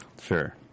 Sure